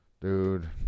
Dude